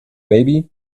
baby